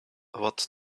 what